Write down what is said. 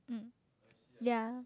um yeah